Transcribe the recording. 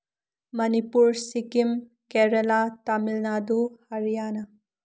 Manipur Sikkim Kerala Tamil Nadu Haryana